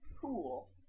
Cool